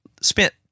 spent